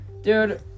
Dude